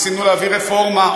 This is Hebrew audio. ניסינו להביא רפורמה,